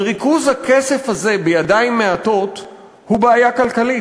וריכוז הכסף הזה בידיים מעטות הוא בעיה כלכלית.